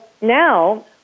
now